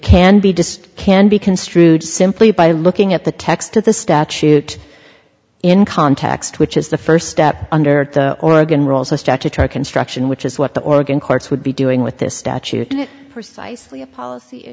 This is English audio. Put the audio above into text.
can be dissed can be construed simply by looking at the text of the statute in context which is the first step under the oregon were also statutory construction which is what the oregon courts would be doing with this statute and it precisely a policy